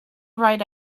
ride